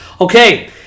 Okay